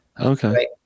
Okay